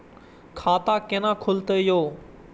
खाता केना खुलतै यो